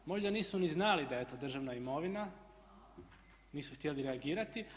Možda nisu ni znali da je to državna imovina, nisu htjeli reagirati.